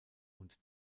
und